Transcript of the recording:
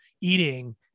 eating